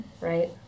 right